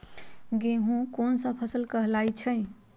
गेहूँ कोन सा फसल कहलाई छई?